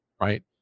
right